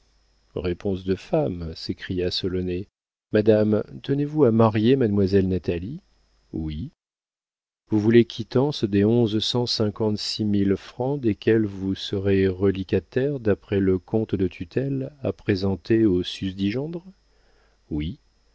réponse de femme s'écria solonet madame tenez-vous à marier mademoiselle natalie oui vous voulez quittance des onze cent cinquante-six mille francs desquels vous serez reliquataire d'après le compte de tutelle à présenter au susdit gendre oui